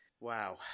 wow